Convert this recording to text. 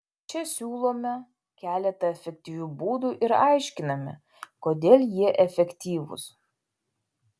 čia siūlome keletą efektyvių būdų ir aiškiname kodėl jie efektyvūs